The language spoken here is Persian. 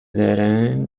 زارن